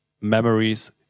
memories